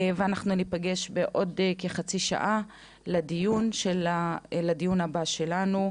ואנחנו ניפגש בעוד כחצי שעה לדיון הבא שלנו,